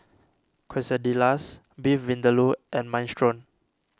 Quesadillas Beef Vindaloo and Minestrone